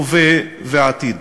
הווה ועתיד.